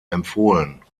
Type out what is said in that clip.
empfohlen